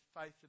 faith